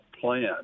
plan